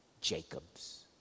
Jacobs